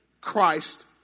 Christ